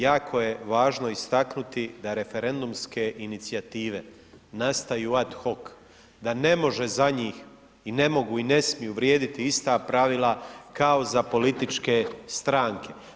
Jako je važno istaknuti da referendumske inicijative nastaju ad hoc, da ne može za njih i ne mogu i ne smiju vrijediti ista pravila kao za političke stranke.